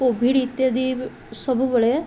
Covid ଇତ୍ୟାଦି ସବୁବେଳେ